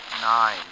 Nine